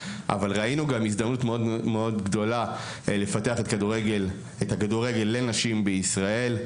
אבל ראינו גם הזדמנות מאוד מאוד גדולה לפתח את הכדורגל לנשים בישראל.